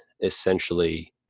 essentially